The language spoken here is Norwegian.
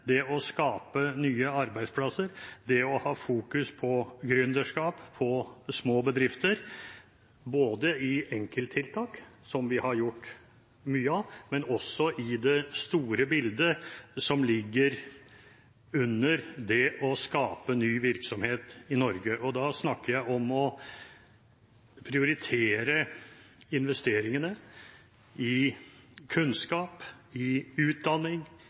å skape nye arbeidsplasser, å fokusere på gründerskap og på små bedrifter både i enkelttiltak – som vi har gjort mye av – og også det store bildet som ligger under det å skape ny virksomhet i Norge. Da snakker jeg om å prioritere investeringene i kunnskap, utdanning,